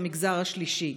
המגזר השלישי.